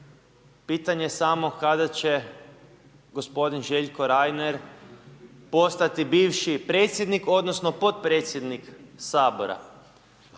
Pitanje je samo kada će gospodin Željko Reiner postati bivši predsjednik odnosno podpredsjednik Sabora.